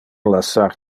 lassar